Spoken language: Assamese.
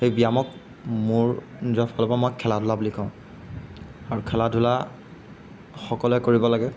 সেই ব্যায়ামক মোৰ নিজৰ ফালৰপৰা মই খেলা ধূলা বুলি কওঁ আৰু খেলা ধূলা সকলোৱে কৰিব লাগে